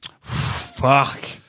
Fuck